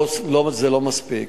זה לא מספיק.